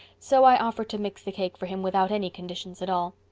so i offered to mix the cake for him without any conditions at all.